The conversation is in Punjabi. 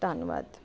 ਧੰਨਵਾਦ